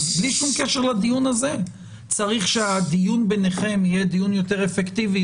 אז בלי שום קשר לדיון הזה צריך שהדיון ביניכם יהיה דיון יותר אפקטיבי.